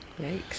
Yikes